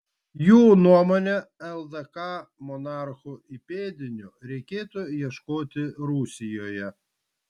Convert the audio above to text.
jų nuomone ldk monarchų įpėdinių reikėtų ieškoti rusijoje